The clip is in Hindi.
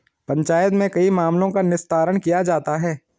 पंचायत में कई मामलों का निस्तारण किया जाता हैं